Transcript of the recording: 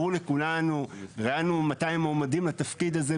ברור לכולנו מתי הם מועמדים לתפקיד הזה,